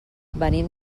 venim